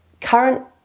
current